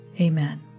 Amen